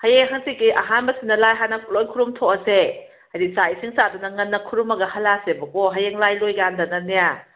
ꯍꯌꯦꯡ ꯍꯪꯆꯤꯠꯀꯤ ꯑꯍꯥꯟꯕꯁꯤꯅ ꯂꯥꯏ ꯍꯥꯟꯅ ꯂꯣꯏ ꯈꯨꯔꯨꯝꯊꯣꯛꯑꯁꯦ ꯍꯥꯏꯗꯤ ꯆꯥꯛ ꯏꯁꯤꯡ ꯆꯥꯗꯅ ꯉꯟꯅ ꯈꯨꯔꯨꯝꯃꯒ ꯍꯜꯂꯛꯑꯁꯦꯕꯀꯣ ꯍꯌꯦꯡ ꯂꯥꯏ ꯂꯣꯏ ꯀꯥꯟꯗꯅꯅꯦ